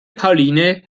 pauline